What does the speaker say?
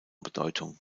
bedeutung